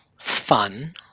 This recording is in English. fun